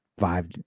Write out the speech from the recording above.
Five